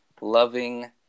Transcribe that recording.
loving